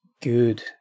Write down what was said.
good